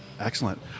Excellent